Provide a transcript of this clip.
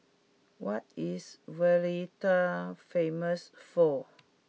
what is Valletta famous for